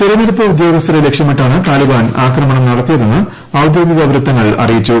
തെരഞ്ഞെടുപ്പ് ഉദ്യോഗസ്ഥരെ ലക്ഷ്ട്ടമിട്ടാണ് താലിബാൻ ആക്രമണം നടത്തിയതെന്ന് ഔദ്യോഗികവൃത്തങ്ങൾ അറിയിച്ചു